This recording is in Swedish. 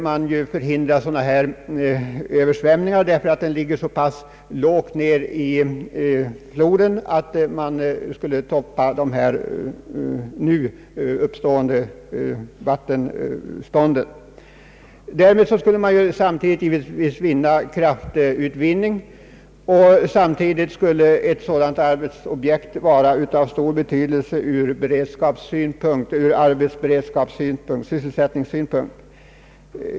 Vattenmagasinet skulle ligga så pass långt ned i floden att man där skulle kunna toppa de nu uppstående höga tillflödena, och på det sättet skulle man förhindra översvämningar. Samtidigt skulle man också utvinna elektrisk kraft, och ett sådant arbetsobjekt skulle också ha stor betydelse ur sysselsättningssynpunkt.